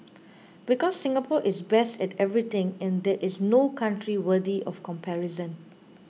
because Singapore is best at everything and there is no country worthy of comparison